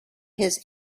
his